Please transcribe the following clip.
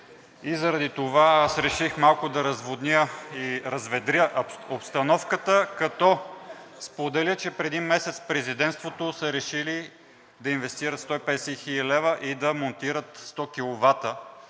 Заради това аз реших малко да разводня и разведря обстановката, като споделя, че преди месец в Президентството са решили да инвестират 150 хил. лв. и да монтират 100